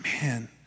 man